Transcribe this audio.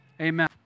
Amen